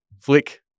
flick